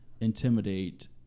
intimidate